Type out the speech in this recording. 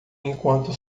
enquanto